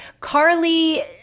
Carly